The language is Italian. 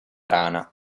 rana